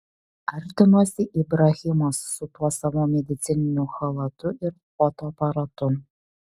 artinosi ibrahimas su tuo savo medicininiu chalatu ir fotoaparatu